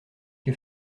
que